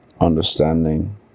understanding